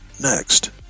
Next